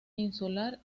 insular